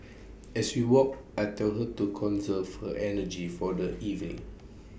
as we walk I tell her to conserve her energy for the evening